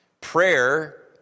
Prayer